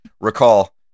recall